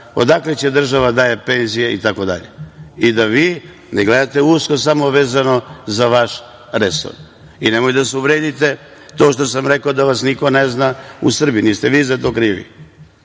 odakle će država da daje penzije itd.I vi da ne gledate usko samo vezano za vaš resor i nemojte da se uvredite to što sam vam rekao da vas niko ne zna u Srbiji. Niste vi za to krivi,